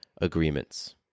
agreements